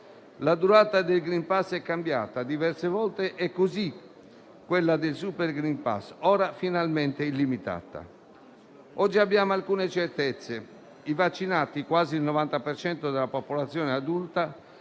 La durata del *green pass* è cambiata diverse volte, è così; quella del *super green pass* ora è finalmente illimitata. Oggi abbiamo alcune certezze: i vaccinati - quasi il 90 per cento della popolazione adulta